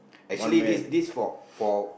actually this this for for